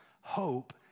hope